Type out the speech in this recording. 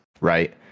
right